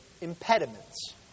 impediments